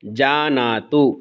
जानातु